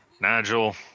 Nigel